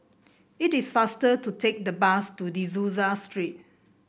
it is faster to take the bus to De Souza Street